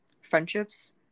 friendships